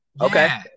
Okay